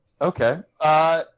Okay